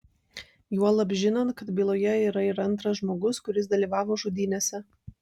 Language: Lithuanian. juolab žinant kad byloje yra ir antras žmogus kuris dalyvavo žudynėse